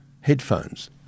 headphones